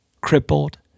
crippled